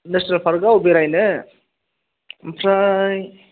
national पार्कआव बेरायनो ओमफ्राय